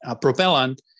propellant